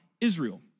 Israel